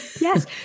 Yes